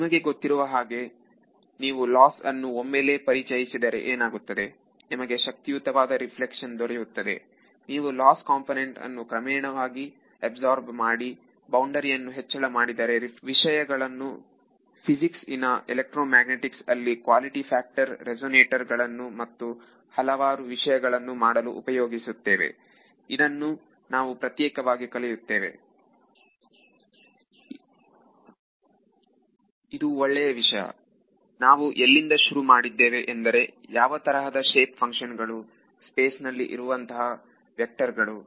ಇದು ಒಳ್ಳೆಯ ವಿಷಯ ನಾವು ಎಲ್ಲಿಂದ ಶುರು ಮಾಡಿದ್ದೇವೆ ಎಂದರೆ ಯಾವತರಹದ ಶೇಪ್ ಫಂಕ್ಷನ್ ಗಳು ಸ್ಪೇಸ್ ನಲ್ಲಿ ಇರುವ ವ್ಯಕ್ಟರ್ ಗಳು